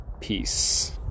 Peace